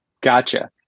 Gotcha